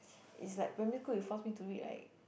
is like primary school you force me to read like